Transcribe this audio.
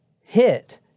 hit